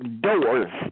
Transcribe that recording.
doors